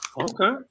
Okay